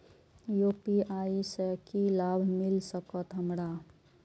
UPI से की लाभ मिल सकत हमरा?